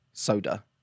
soda